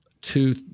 two